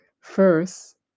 First